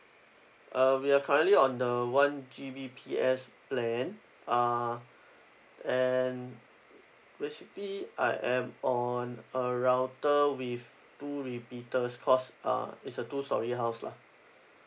uh we are currently on the one G_B_P_S plan uh and basically I am on a router with two repeaters cause uh is a two storey house lah